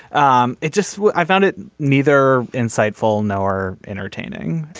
um it just i found it neither insightful nor entertaining.